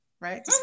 right